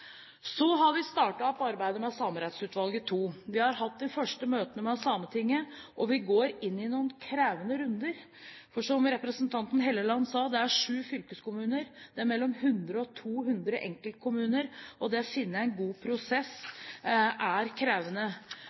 Så har vi startet opp arbeidet med Samerettsutvalget II. Vi har hatt de første møtene med Sametinget, og vi går inn i noen krevende runder. For, som representanten Helleland sa, det er sju fylkeskommuner, det er mellom 100 og 200 enkeltkommuner, og det å finne en god prosess er krevende.